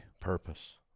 Purpose